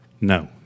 No